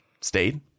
stayed